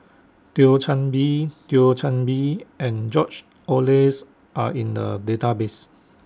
Thio Chan Bee Thio Chan Bee and George Oehlers Are in The Database